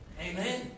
Amen